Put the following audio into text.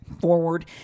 forward